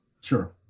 Sure